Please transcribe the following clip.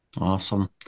Awesome